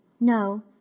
No